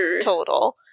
total